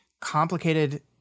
complicated